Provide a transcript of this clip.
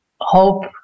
hope